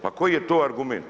Pa koji je to argument?